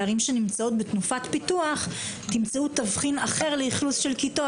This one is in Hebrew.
בערים שנמצאות בתנופת פיתוח תמצאו תבחין אחר לאכלוס של כיתות,